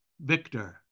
Victor